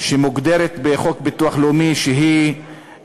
שמוגדרת בחוק ביטוח לאומי נשואה